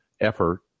effort